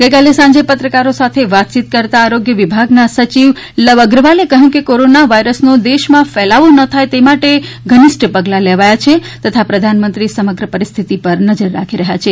ગઈકાલે સાંજે પત્રકારો સાથે વાતચીત કરતા આરોગ્ય વિભાગના સચિવ લવ અગ્રવાલે કહ્યું કે કોરોના વાયરસનો દેશમાં ફેલાવો ન થાય તે માટે ઘનિષ્ઠ પગલાં લેવાયા છે તથા પ્રધાનમંત્રી સમગ્ર પરિસ્થિતિ પર નજર રાખી રહ્યા છે